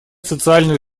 социальную